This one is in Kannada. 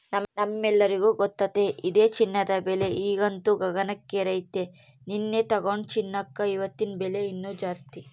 ನಮ್ಮೆಲ್ಲರಿಗೂ ಗೊತ್ತತೆ ಇದೆ ಚಿನ್ನದ ಬೆಲೆ ಈಗಂತೂ ಗಗನಕ್ಕೇರೆತೆ, ನೆನ್ನೆ ತೆಗೆದುಕೊಂಡ ಚಿನ್ನಕ ಇವತ್ತಿನ ಬೆಲೆ ಇನ್ನು ಜಾಸ್ತಿ